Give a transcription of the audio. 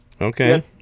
Okay